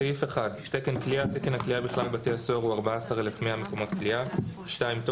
טיוטת צו בתי הסוהר (שחרור מנהלי)(קביעת תקן כליאה)(הוראת שעה)(מס' 2),